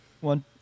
one